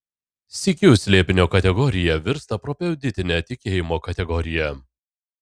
sykiu slėpinio kategorija virsta propedeutine tikėjimo kategorija